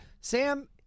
Sam